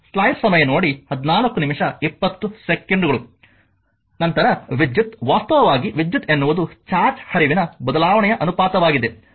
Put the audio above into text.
ನಂತರ ವಿದ್ಯುತ್ ವಾಸ್ತವವಾಗಿ ವಿದ್ಯುತ್ ಎನ್ನುವುದು ಚಾರ್ಜ್ ಹರಿವಿನ ಬದಲಾವಣೆಯ ಅನುಪಾತವಾಗಿದೆ